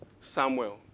Samuel